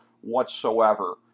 whatsoever